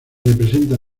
representa